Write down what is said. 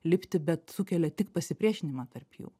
lipti bet sukelia tik pasipriešinimą tarp jų